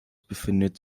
befindet